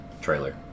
trailer